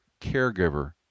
caregiver